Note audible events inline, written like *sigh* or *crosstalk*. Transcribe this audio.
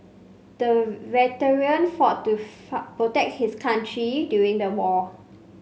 the veteran fought to *unintelligible* protect his country during the war